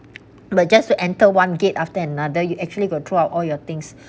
but just to enter one gate after another you actually got throw out all your things